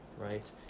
right